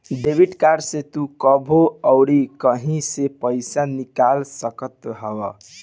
debit card से तू कबो अउरी कहीं से पईसा निकाल सकत हवअ